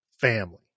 family